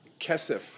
kesef